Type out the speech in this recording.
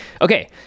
Okay